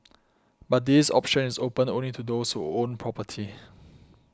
but this option is open only to those who own property